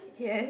yes